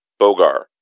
Bogar